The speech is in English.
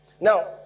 Now